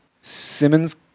Simmons